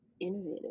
Innovative